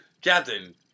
Captain